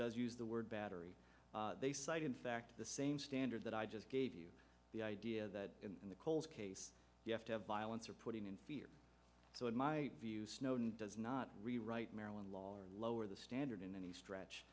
does use the word battery they cite in fact the same standard that i just gave you the idea that in the cold case you have to have violence or putting in fear so in my view snowden does not rewrite maryland law or lower the standard in any stretch